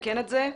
נתקן את זה.